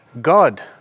God